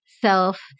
self